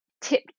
Tip